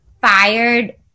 fired